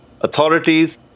authorities